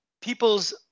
people's –